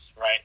right